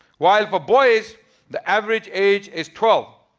while for boys the average age is twelve.